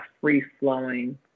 free-flowing